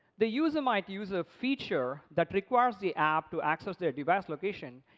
the user might use a feature that requires the app to access their device location,